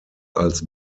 als